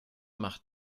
macht